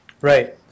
Right